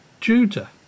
Judah